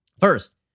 First